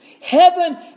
heaven